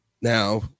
Now